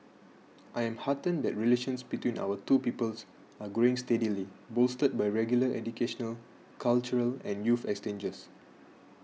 I am heartened that relations between our two peoples are growing steadily bolstered by regular educational cultural and youth exchanges